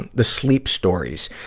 and the sleep stories.